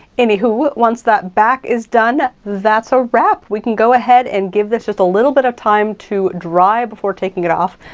anyhoo, once that back is done, that's a wrap. we can go ahead and give this just a little bit of time to dry before taking it off,